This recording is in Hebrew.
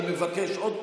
אני מבקש, עוד